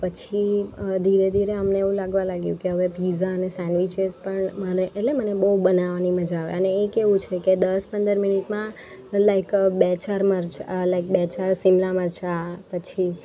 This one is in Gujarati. પછી ધીરે ધીરે અમને એવું લાગવા લાગ્યું કે હવે પીઝા અને સેન્ડવિચીસ પણ મને એટલે મને બહુ બનાવવાની મજા આવે અને એ કેવું છે કે દસ પંદર મિનિટમાં લાઇક બે ચાર મર્ચ લાઇક બે ચાર સિંગા મરચા પછી